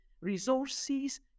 resources